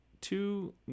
two